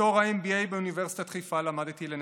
בתואר ה-MBA באוניברסיטת חיפה למדתי לנהל.